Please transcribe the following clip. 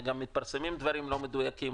גם מתפרסמים דברים לא מדויקים.